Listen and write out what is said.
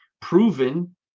proven